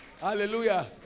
Hallelujah